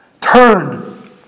turn